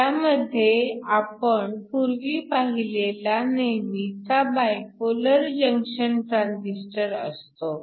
त्यामध्ये आपण पूर्वी पाहिलेला नेहमीचा बायपोलर जंक्शन ट्रांजिस्टर असतो